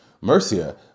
Mercia